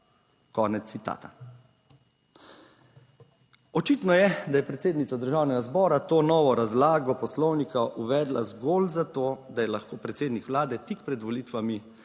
konec citata. Očitno je, da je predsednica Državnega zbora to novo razlago Poslovnika uvedla zgolj za to, da je lahko predsednik Vlade tik pred volitvami